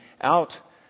out